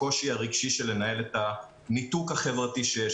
הקושי הרגשי של ניהול הניתוק החברתי שיש,